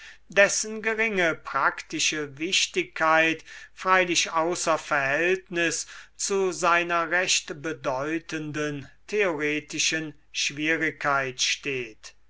dessen geringe praktische wichtigkeit freilich außer verhältnis zu seiner rech bedeutenden theoretischen schwierigkeit steht